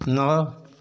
नड़